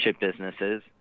businesses